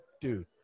Dude